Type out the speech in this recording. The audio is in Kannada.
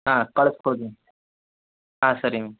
ಹಾಂ ಕಳ್ಸ್ಕೊಡಿ ಹಾಂ ಸರಿ ಮ್ಯಾಮ್